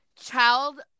child